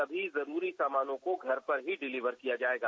सभी जरूरी सामानों को घर पर ही डिलीवर किया जाएगा